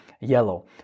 yellow